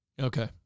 Okay